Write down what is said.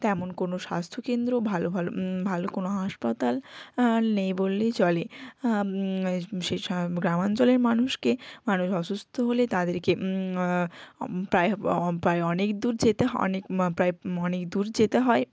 তেমন কোনো স্বাস্থ্যকেন্দ্র ভালো ভালো ভালো কোনো হাসপাতাল নেই বললেই চলে সেই সা গ্রামাঞ্চলের মানুষকে মানুষ অসুস্থ হলে তাদেরকে প্রায় প্রায় অনেক দূর যেতে হয় অনেক প্রায় অনেক দূর যেতে হয়